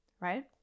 right